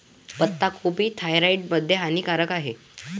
पत्ताकोबी थायरॉईड मध्ये हानिकारक आहे